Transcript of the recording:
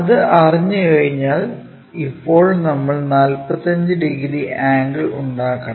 അത് അറിഞ്ഞുകഴിഞ്ഞാൽ ഇപ്പോൾ നമ്മൾ 45 ഡിഗ്രി ആംഗിൾ ഉണ്ടാക്കണം